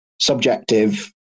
subjective